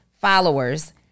followers